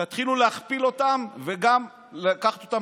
תתחילו להכפיל אותם וגם לקחת אותם